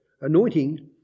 anointing